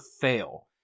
fail